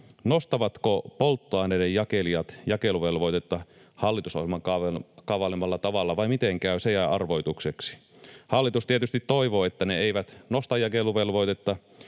nostavatko polttoaineiden jakelijat jakeluvelvoitetta hallitusohjelman kaavailemalla tavalla, vai miten käy? Se jää arvoitukseksi. Hallitus tietysti toivoo, että ne eivät nosta jakeluvelvoitetta,